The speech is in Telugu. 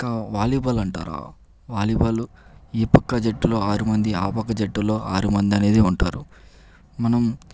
ఇంకా వాలీ బాల్ అంటారా వాలీ బాల్ ఈ పక్క జట్టులో ఆరు మంది ఆ పక్క జట్టులో ఆరు మంది అనేది ఉంటారు మనం